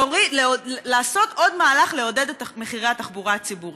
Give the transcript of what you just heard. לעשות עוד מהלך לעידוד התחבורה הציבורית,